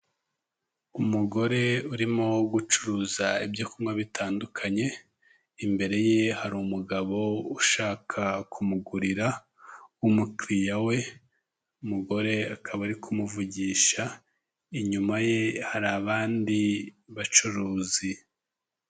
Umugore urimo gucuruza ibyo kunywa bitandukanye, imbere ye hari umugabo ushaka kumugurira w'umukiriya we, umugore akaba ari kumuvugisha, inyuma ye hari abandi bacuruzi.